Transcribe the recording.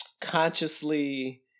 consciously